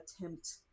attempt